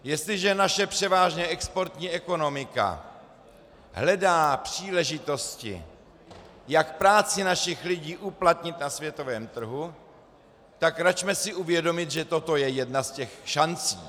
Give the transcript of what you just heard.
Jestliže naše převážně exportní ekonomika hledá příležitosti, jak práci našich lidí uplatnit na světovém trhu, tak račme si uvědomit, že toto je jedna z těch šancí.